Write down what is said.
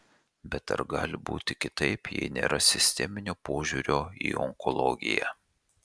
bet ar gali būti kitaip jei nėra sisteminio požiūrio į onkologiją